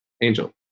Angel